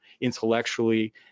intellectually